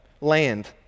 land